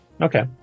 Okay